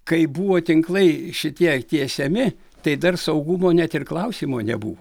kai buvo tinklai šitie tiesiami tai dar saugumo net ir klausimo nebuvo